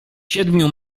siedmiu